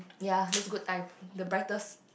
ya this good time the brightest